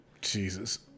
Jesus